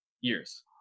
years